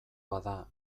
bada